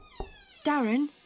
Darren